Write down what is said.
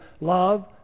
love